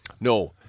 No